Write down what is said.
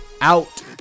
out